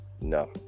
No